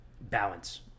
Balance